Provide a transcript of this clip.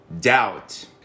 doubt